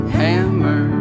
hammer